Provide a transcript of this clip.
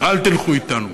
אל תלכו אתנו.